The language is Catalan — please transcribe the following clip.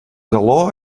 galó